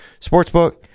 sportsbook